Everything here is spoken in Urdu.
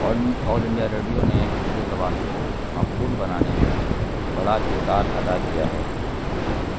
آ آل انڈیا ریڈیو نے اردو زبان کو مقبول بنانے میں بڑا کردار ادا کیا ہے